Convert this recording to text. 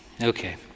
okay